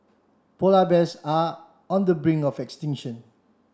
polar bears are on the brink of extinction